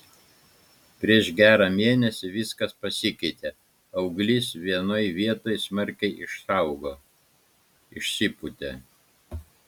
prieš gerą mėnesį viskas pasikeitė auglys vienoj vietoj smarkiai išaugo išsipūtė